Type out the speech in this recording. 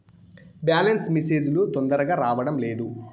Balance message లు తొందరగా రావడం లేదు?